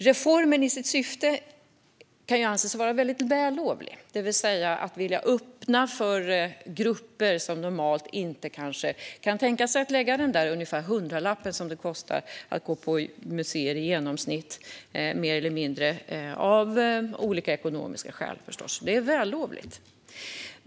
Reformen kan ju anses vara vällovlig vad gäller syftet, det vill säga viljan att öppna för grupper som av olika ekonomiska skäl normalt kanske inte kan tänka sig att lägga den där hundralappen som det ungefär kostar, i genomsnitt, att gå på museum. Det är vällovligt.